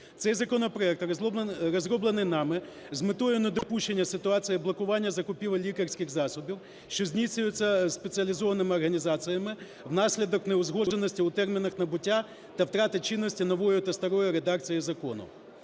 Цей законопроект розроблений нами з метою недопущення ситуації блокування закупівель лікарських засобів, що здійснюються спеціалізованими організаціями, внаслідок неузгодженостей у термінах набуття та втрати чинності нової та старої редакції Закону